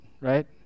right